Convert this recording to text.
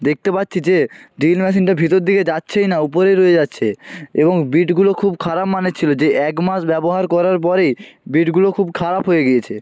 দেখতে পাচ্ছি যে ড্রিল মেশিনটা ভিতর দিকে যাচ্ছেই না উপরেই রয়ে যাচ্ছে এবং বিটগুলো খুব খারাপ মানের ছিলো যে এক মাস ব্যবহার করার পরে বিটগুলো খুব খারাপ হয়ে গিয়েছে